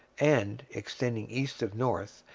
and, extending east of north,